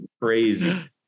crazy